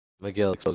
Miguel